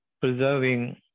preserving